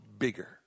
bigger